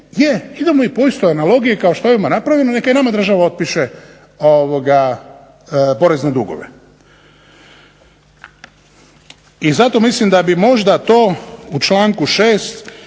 idemo po istoj analogiji kao što je ovima napravljeno, neka i nama država otpiše porezne dugove. I zato mislim da bi možda to u članku 6.